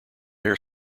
hair